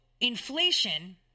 inflation